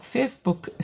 Facebook